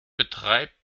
betreibt